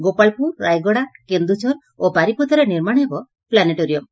ଗୋପାଳପୁର ରାୟଗଡ଼ା କେନ୍ଦୁଝର ଓ ବାରିପଦାରେ ନିର୍ମାଣ ହେବ ପ୍ଲାନେଟୋରିୟମ୍